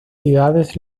ciudades